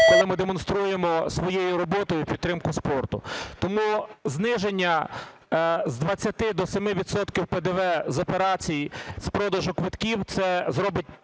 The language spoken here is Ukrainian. коли ми демонструємо своєю роботою підтримку спорту. Тому зниження з 20 до 7 відсотків ПДВ з операцій з продажу квитків – це зробить